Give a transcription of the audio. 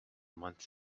months